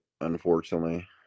unfortunately